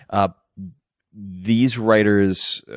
ah these writers,